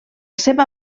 seva